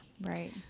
Right